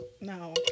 no